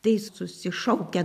tai susišaukia